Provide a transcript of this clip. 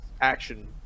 action